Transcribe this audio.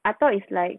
I thought is like